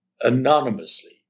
anonymously